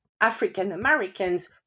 African-Americans